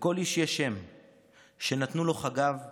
// לכל איש יש שם / שנתנו לו חגיו /